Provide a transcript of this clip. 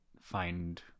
find